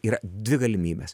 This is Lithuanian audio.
yra dvi galimybės